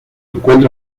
encuentra